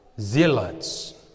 zealots